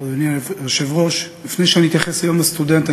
בנושא: ציון יום הסטודנט.